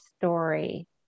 story